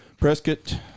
Prescott